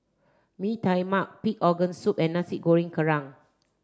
Mee Tai Mak pig organ soup and Nasi Goreng Kerang